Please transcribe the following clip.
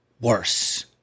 worse